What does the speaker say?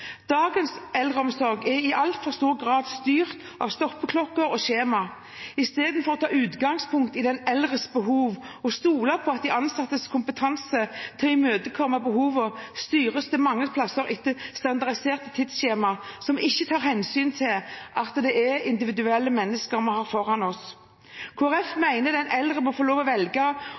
Dagens eldreomsorg er i altfor stor grad styrt av stoppeklokker og skjema. Istedenfor å ta utgangspunkt i den eldres behov og å stole på de ansattes kompetanse til å imøtekomme behovene, styres det mange steder etter standardiserte tidsskjema, som ikke tar hensyn til at det er individuelle mennesker man har foran seg. Kristelig Folkeparti mener den eldre må få lov til å velge